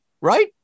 right